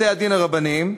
בתי-הדין הרבניים.